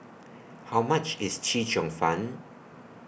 How much IS Chee Cheong Fun